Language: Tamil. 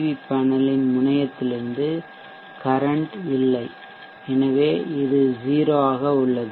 வி பேனலின் முனையத்திலிருந்து கரன்ட் மின்னோட்டம் இல்லை எனவே இது 0 ஆக உள்ளது